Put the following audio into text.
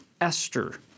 Esther